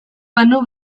banu